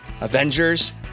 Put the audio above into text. Avengers